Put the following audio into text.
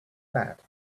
that